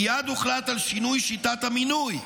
מייד הוחלט על שינוי שיטת המינוי,